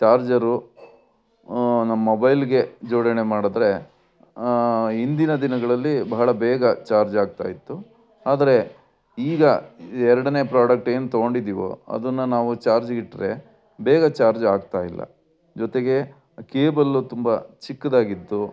charger ನಮ್ಮ ಮೊಬೈಲಿಗೆ ಜೋಡಣೆ ಮಾಡಿದ್ರೆ ಹಿಂದಿನ ದಿನಗಳಲ್ಲಿ ಬಹಳ ಬೇಗ ಚಾರ್ಜ್ ಆಗ್ತಾ ಇತ್ತು ಆದರೆ ಈಗ ಎರಡನೇ ಪ್ರಾಡಕ್ಟ್ ಏನು ತೊಗೊಂಡಿದೀವೋ ಅದನ್ನು ನಾವು ಚಾರ್ಜಿಗಿಟ್ಟರೆ ಬೇಗ ಚಾರ್ಜ್ ಆಗ್ತಾ ಇಲ್ಲ ಜೊತೆಗೆ ಕೇಬಲ್ಲು ತುಂಬ ಚಿಕ್ಕದಾಗಿತ್ತು